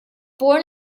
born